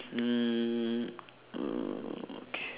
um uh okay